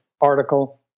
article